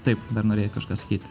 taip dar norėjai kažką sakyt